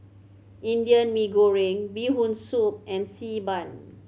Indian Mee Goreng Bee Hoon Soup and Xi Ban